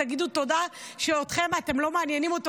תגידו תודה שאתם לא מעניינים אותו,